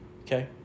Okay